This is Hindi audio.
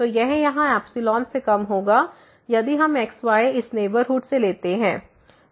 तो यह यहाँ से कम होगा यदि हम x y इस नेबरहुड से लेते हैं